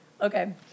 Okay